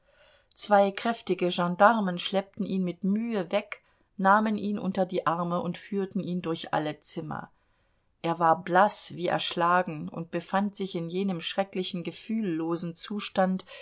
zwei kräftige gendarmen schleppten ihn mit mühe weg nahmen ihn unter die arme und führten ihn durch alle zimmer er war blaß wie erschlagen und befand sich in jenem schrecklichen gefühllosen zustand